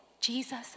Jesus